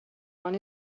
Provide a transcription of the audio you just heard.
one